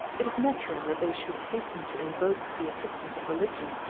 it is natural that they should hasten to invoke the assistance of religion,